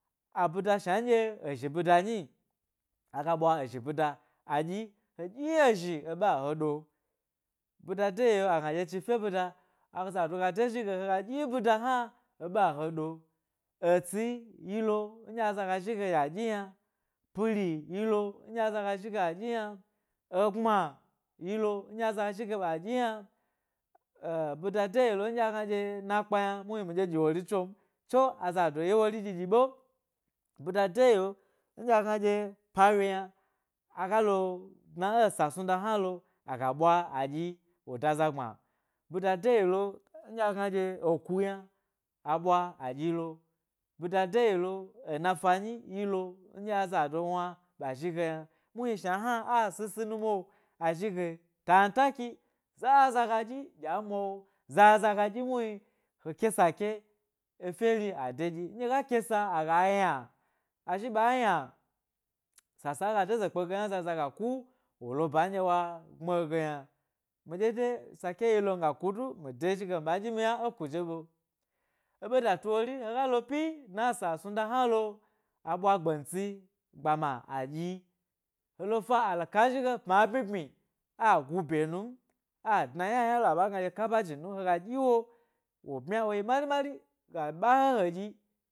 Aɓida shna ndye ezhni bida nyi aga ɓwa ezhi ɓida aɗyi, he dyi ezhi e ɓa he ɗo, ɓida de yeo agna dye chifye ɓeda azado ga de zhi ge hega dyi ɓida hna eɓa he ɗo, etsi yilo ndye aza ga zhige dye a dyi yna, piri yi lo nɗye aza ga zhige a ɗyi yna egbma yi lo nɗye aza ga zhige a ɗyi yna ɓida de yilo nɗye a gna dye na kpa yna muhni mi ɗye ɗyi wo ri tson, tso, aza ye wori ɗyi ɗyi ɓe. Ɓida de yeo nɗye agna dye pawye yna aga lo dna ė ė sa snu da hna lo aga ɓwa adyi wo da za gbma, ɓida de yi lo, ndye agna ɗye eku yna aɓwa aɗyi lo bida deyiho, ena fanyi, yilo, ndye aza do wna ɓa zhi ge yna muhni shna hna a sisi nu mwo, azhige tantaki zaza ga ɗyi ɗye a mwa wo, zaza ga ɗyi muhni e ke sa ke efye ade dyi ndye ga kesa aga yna azhi ɓa yna, sasa aga deze kpe ge hna ba zaza ga ku wo lo ba ndye wa gbmi e ge yna, mi dye de sa ke yilo mi ga kudu mi de zhige mi ɓa ɗyi mi yna ekuje ɓee. Eɓe datu wori hega lo ‘pyi dna ė esa snuda ‘hna lo, aɓwa gbentsi gbama aɗyi alofa ale ka zhi ge pma bmyi bmyi agu bye num adna yna yna lo a ɓa gna ɗye kabagi nu he ga ɗyi wo, wo ɓmya woyi mari mari ga ɓa he he dyi.